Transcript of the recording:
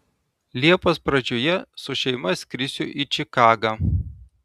liepos pradžioje su šeima skrisiu į čikagą